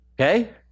okay